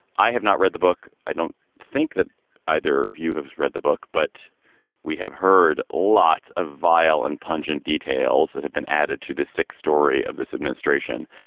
i have not read the book. i don't think that either of you have read the book. but we have heard lots of vile and pungent details that have been added to the six story of this administration.